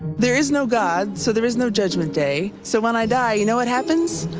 there is no god, so there is no judgment day. so, when i die, you know what happens?